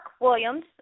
Williams